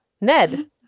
Ned